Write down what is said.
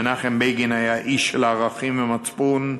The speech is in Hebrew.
מנחם בגין היה איש של ערכים ומצפון.